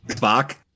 Bach